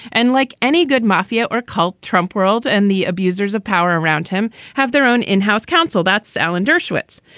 and like any good mafia or cult, trump world and the abusers of power around him have their own in-house counsel. that's alan dershowitz.